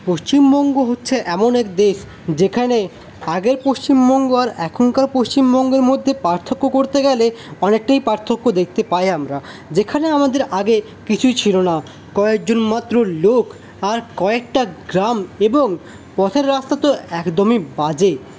পশ্চিমবঙ্গ হচ্ছে এমন এক দেশ যেখানে আগের পশ্চিমবঙ্গ আর এখনকার পশ্চিমবঙ্গের মধ্যে পার্থক্য করতে গেলে অনেকটাই পার্থক্য দেখতে পাই আমরা যেখানে আমাদের আগে কিছুই ছিল না কয়েকজন মাত্র লোক আর কয়েকটা গ্রাম এবং পথের রাস্তা তো একদমই বাজে